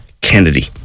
Kennedy